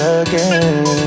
again